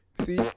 See